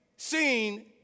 seen